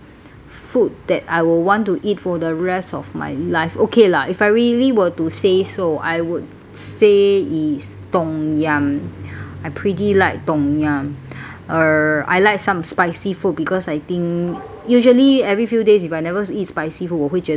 food that I will want to eat for the rest of my life okay lah if I really were to say so I would say is tom yum I pretty like tom yum err I like some spicy food because I think usually every few days if I never eat spicy food 我会觉得哇